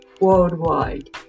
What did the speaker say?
worldwide